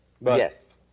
Yes